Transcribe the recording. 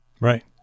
Right